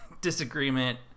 disagreement